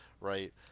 right